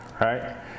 Right